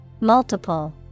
Multiple